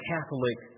Catholic